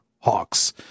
hawks